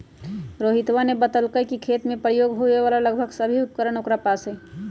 रोहितवा ने बतल कई कि खेत में प्रयोग होवे वाला लगभग सभी उपकरण ओकरा पास हई